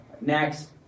Next